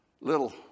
little